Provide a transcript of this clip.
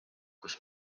kus